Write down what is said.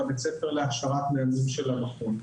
בבית הספר להכשרת מאמנים של המכון.